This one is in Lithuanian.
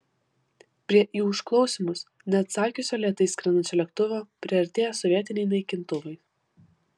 prie į užklausimus neatsakiusio lėtai skrendančio lėktuvo priartėjo sovietiniai naikintuvai